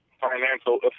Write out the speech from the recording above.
financial